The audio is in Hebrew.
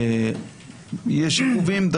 יש עיכובים,